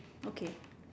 okay